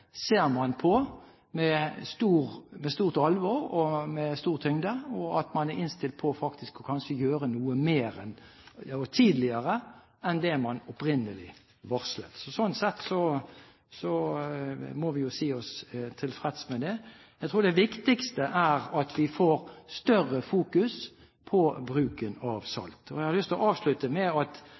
ser man på med stort alvor og med stor tyngde, og at man er innstilt på kanskje å gjøre noe mer, og tidligere, enn det man opprinnelig varslet. Slik sett må vi jo si oss tilfreds med det. Jeg tror det viktigste er at vi får større fokus på bruken av salt. Jeg har lyst til å avslutte med å si at